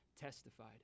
testified